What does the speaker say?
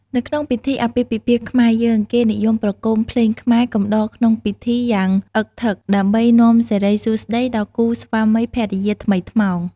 នៅក្នុងពិធីអាពាពិពាហ៍ខ្មែរយើង គេនិយមប្រគំភ្លេងខ្មែរកំដរក្នុងពិធីយ៉ាងអឹកធឹក ដើម្បីនាំសិរីសួស្ដីដល់គូស្វាមីភរិយាថ្មីថ្មោង។